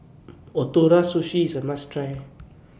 Ootoro Sushi IS A must Try